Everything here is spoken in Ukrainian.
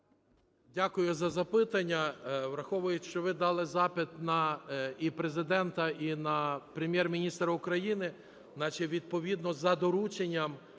Дякую за запитання. Враховуючи, що ви дали запит на і Президента, і на Прем'єр-міністра України, значить, відповідно, за дорученням